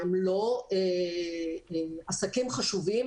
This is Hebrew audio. הם לא עסקים חשובים?